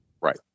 Right